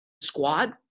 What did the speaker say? squad